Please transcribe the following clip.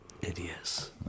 idiots